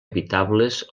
habitables